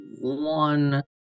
one